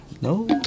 no